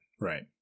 right